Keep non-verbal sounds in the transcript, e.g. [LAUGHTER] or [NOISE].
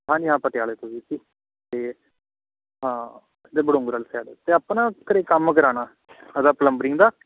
ਹਾਂਜੀ ਹਾਂ ਪਟਿਆਲੇ ਤੋਂ ਜੀ ਹਾਂ [UNINTELLIGIBLE] ਅਤੇ ਹਾਂ ਬਡੂੰਗਰ ਵਾਲੀ ਸਾਇਡ ਅਤੇ ਆਪਾਂ ਨਾ ਘਰ ਕੰਮ ਕਰਾਉਣਾ ਇਹਦਾ ਪਲੰਬਰਿੰਗ ਦਾ